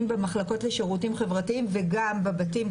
במחלקות לשירותים חברתיים - וגם בבתים,